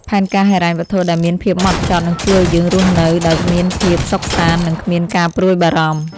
ផែនការហិរញ្ញវត្ថុដែលមានភាពម៉ត់ចត់ នឹងជួយឱ្យយើងរស់នៅដោយមានភាពសុខសាន្ត និងគ្មានការព្រួយបារម្ភ។